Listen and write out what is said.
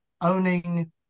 owning